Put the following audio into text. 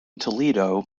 toledo